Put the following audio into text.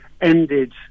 ended